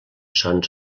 sons